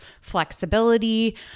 flexibility